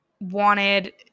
wanted